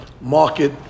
market